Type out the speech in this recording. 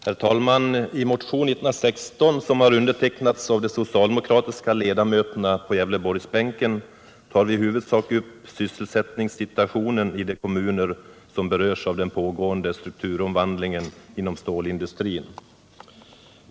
Herr talman! I motion 116, som undertecknats av de socialdemokratiska ledamöterna på Gävleborgsbänken, tar vi i huvudsak upp sysselsättningssituationen i de kommuner som berörs av den pågående strukturomvandlingen inom stålindustrin.